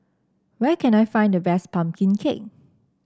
where can I find the best pumpkin cake